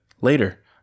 later